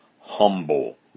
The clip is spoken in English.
humble